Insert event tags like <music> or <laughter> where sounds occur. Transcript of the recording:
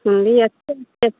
सुनलियै <unintelligible>